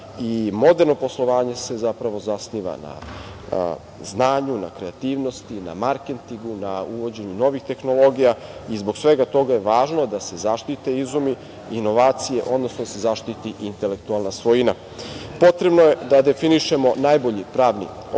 moderno poslovanje se zapravo zasniva na znanju, na kreativnosti, na marketingu, na uvođenju novih tehnologija i zbog svega toga je važno da se zaštite izumi i inovacije, odnosno da se zaštiti intelektualna svojina. Potrebno je da definišemo najbolji pravni okvir